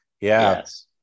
yes